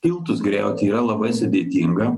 tiltus griauti yra labai sudėtinga